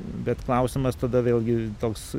bet klausimas tada vėlgi toks